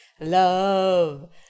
Love